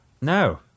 No